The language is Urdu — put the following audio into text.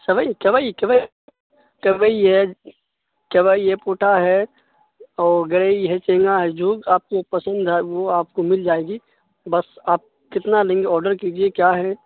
سوئی کوئی کوئی کوئی ہے کوئی ہے پوٹھا ہے اور گرئی ہے چینگا ہے جو آپ کو پسند ہے وہ آپ کو مل جائے گی بس آپ کتنا لیں گے آڈر کیجیے کیا ہے